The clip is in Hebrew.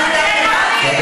אתה מנותק מכל מה שקורה.